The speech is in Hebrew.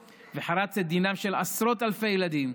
וחרץ את דינם של עשרות אלפי ילדים,